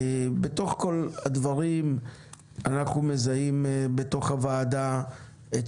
בתוך כל הדברים אנחנו מזהים בוועדה את